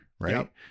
right